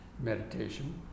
meditation